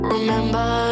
Remember